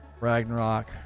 Ragnarok